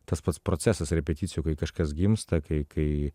tas pats procesas repeticijų kai kažkas gimsta kai kai